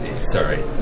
Sorry